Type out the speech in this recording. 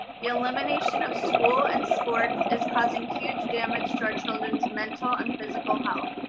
the elimination of school and sports is causing huge damage to our children's mental and physical health.